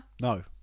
No